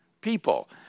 people